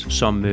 som